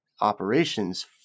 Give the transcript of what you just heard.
operations